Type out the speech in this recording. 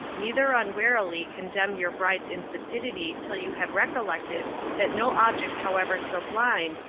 neither unwarily condemn your bride's insipidity till you have recollected that no object however sublime,